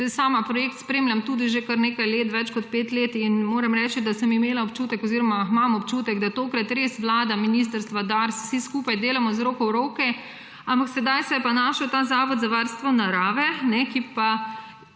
Saj sama projekt spremljam tudi že kar nekaj let, več kot 5 let. Moram reči, da sem imela občutek oziroma imam občutek, da tokrat res Vlada, ministrstva, DARS, vsi skupaj delamo z roko v roki, ampak sedaj se je pa našel ta zavod za varstvo narave in